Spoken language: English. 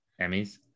Emmys